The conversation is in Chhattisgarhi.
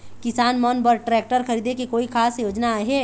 किसान मन बर ट्रैक्टर खरीदे के कोई खास योजना आहे?